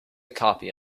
copy